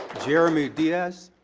jeremy diaz.